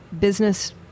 business